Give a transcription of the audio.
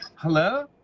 hello?